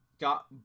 got